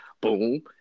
boom